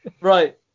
right